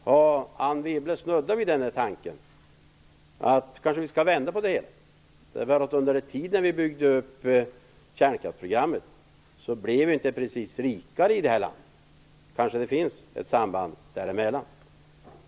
Har Anne Wibble snuddat vid tanken att vi kanske skall vända på det hela? Under den tid vi byggde ut kärnkraftsprogrammet blev vi inte precis rikare. Det kanske finns ett samband där emellan.